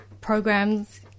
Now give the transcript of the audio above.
programs